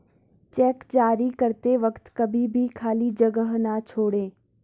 check जारी करते वक्त कभी भी खाली जगह न छोड़ें